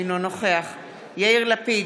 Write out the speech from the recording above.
אינו נוכח יאיר לפיד,